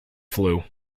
flu